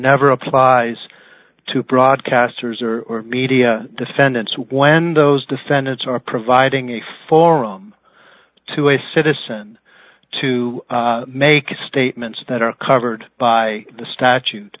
never applied to broadcasters or media defendants when those defendants are providing a forum to a citizen to make statements that are covered by the